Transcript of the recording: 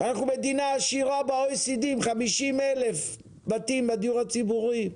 אנחנו מדינה עשירה ב-OECD עם 50,000 בתים בדיור הציבורי.